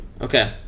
Okay